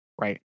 right